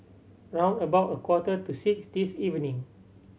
round about a quarter to six this evening